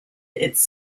its